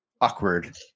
Awkward